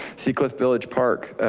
seacliff village park,